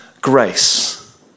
grace